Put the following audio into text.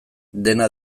dena